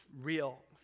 real